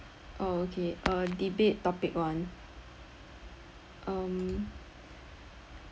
oh okay uh debate topic one um